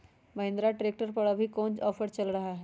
Mahindra tractor पर अभी कोन ऑफर चल रहा है?